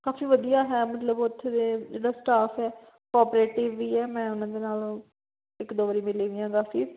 ਕਾਫ਼ੀ ਵਧੀਆ ਹੈ ਮਤਲਬ ਉੱਥੇ ਦੇ ਜਿਹੜਾ ਸਟਾਫ ਹੈ ਕੋਆਪਰੇਟਿਵ ਵੀ ਹੈ ਮੈਂ ਉਹਨਾਂ ਦੇ ਨਾਲ ਇੱਕ ਦੋ ਵਾਰ ਮਿਲੀ ਵੀ ਹਾਂ ਕਾਫ਼ੀ